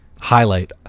highlight